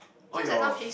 oh your